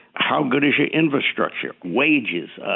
how good is your infrastructure, wages,